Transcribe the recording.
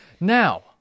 Now